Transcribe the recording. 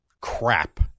crap